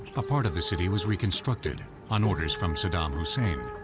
a part of the city was reconstructed on orders from saddam hussein,